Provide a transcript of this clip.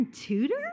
tutor